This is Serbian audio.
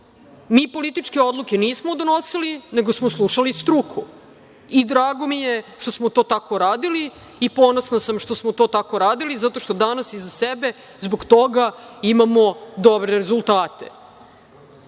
političke odluke nismo donosili, nego smo slušali struku i drago mi je što smo to tako radili i ponosna sam što smo to tako radili, zato što danas iza sebe zbog toga imamo dobre rezultate,